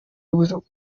b’uturere